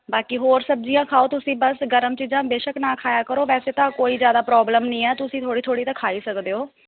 ਬਾਕੀ ਹੋਰ ਸਬਜ਼ੀਆਂ ਖਾਓ ਤੁਸੀਂ ਬਸ ਗਰਮ ਚੀਜ਼ਾਂ ਬੇਸ਼ੱਕ ਨਾ ਖਾਇਆ ਕਰੋ ਵੈਸੇ ਤਾਂ ਕੋਈ ਜ਼ਿਆਦਾ ਪ੍ਰੋਬਲਮ ਨਹੀਂ ਆ ਤੁਸੀਂ ਥੋੜ੍ਹੀ ਥੋੜ੍ਹੀ ਤਾਂ ਖਾ ਹੀ ਸਕਦੇ ਹੋ